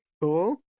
Cool